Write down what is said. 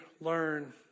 learn